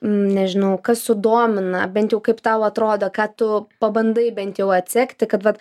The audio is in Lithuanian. nežinau kas sudomina bent jau kaip tau atrodo ką tu pabandai bent jau atsekti kad vat